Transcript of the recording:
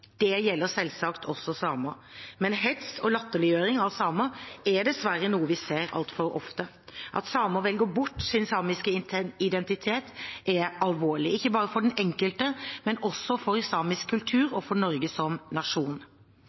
Det gjelder selvsagt også samer. Men hets og latterliggjøring av samer er dessverre noe vi ser altfor ofte. At samer velger bort sin samiske identitet, er alvorlig, ikke bare for den enkelte, men også for samisk kultur og for Norge som nasjon.